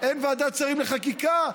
אין ועדת שרים לחקיקה,